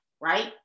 right